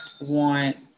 want